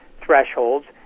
thresholds